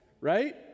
Right